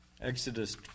Exodus